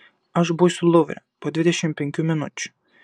aš būsiu luvre po dvidešimt penkių minučių